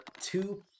two